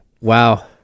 Wow